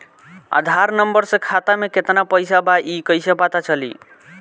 आधार number से खाता में केतना पईसा बा ई क्ईसे पता चलि?